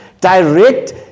direct